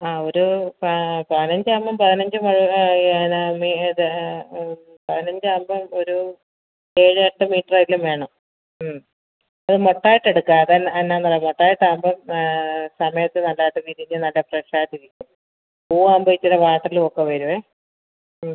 ആ ഒരു ആ പതിനഞ്ചാവുമ്പം പതിനഞ്ചും അത് എന്നാൽ ആ വേണം ഇത് പതിനഞ്ചാവുമ്പം ഒരു ഏഴ് എട്ട് മീറ്ററെങ്കിലും വേണം അത് മൊട്ടായിട്ടെടുക്കാൻ അതല്ല എന്നാന്നറിയോ മൊട്ടായിട്ടാവുമ്പം സമയത്ത് നല്ലതായിട്ട് വിരിഞ്ഞ് നല്ല ഫ്രഷായിട്ടിരിക്കും പൂവാവുമ്പം ഇച്ചിരി വാട്ടലും ഒക്കെ വരുവേ